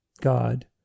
God